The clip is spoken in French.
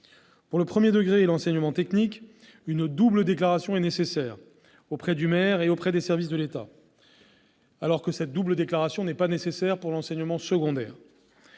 Pour le premier degré et l'enseignement technique, une double déclaration est nécessaire auprès du maire et des services de l'État, alors que cette double déclaration n'est pas nécessaire pour l'enseignement secondaire.